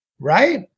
right